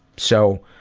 so,